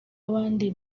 abandi